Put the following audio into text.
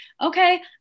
okay